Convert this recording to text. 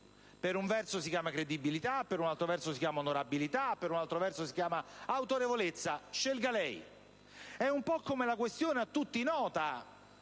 per un verso si chiama credibilità, per un altro si chiama onorabilità e per un altro autorevolezza. Scelga lei. È un po' come la questione a tutti nota